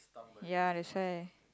ya that's why